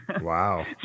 Wow